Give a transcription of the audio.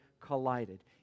collided